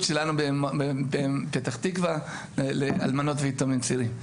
שלנו בפתח תקווה לאלמנות ויתומים צעירים.